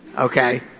okay